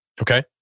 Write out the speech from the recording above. Okay